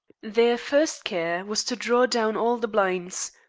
their first care was to draw down all the blinds,